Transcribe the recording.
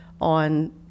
on